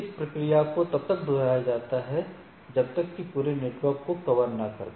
इस प्रक्रिया को तब तक दोहराया जाता है जब तक कि यह पूरे नेटवर्क को कवर न कर दे